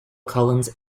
collins